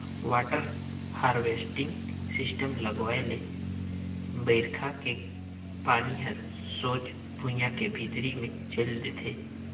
water harvesting system लगवाए ले बइरखा के पानी हर सोझ भुइयां के भीतरी मे चइल देथे